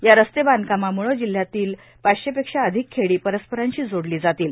या रस्ते बांधकामाम्ळं जिल्ह्यातली पाचशेपेक्षा अधिक खेडी परस्परांशी जोडली जातील